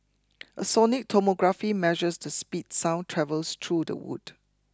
a sonic tomography measures the speed sound travels through the wood